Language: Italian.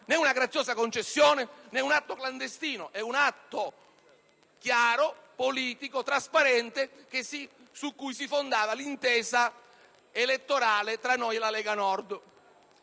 né una graziosa concezione né un atto clandestino, ma un atto chiaro, politico, trasparente su cui si fondava l'intesa elettorale tra noi e la Lega Nord.